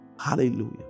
Hallelujah